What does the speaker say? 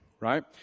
Right